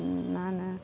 ನಾನು